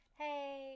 hey